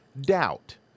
doubt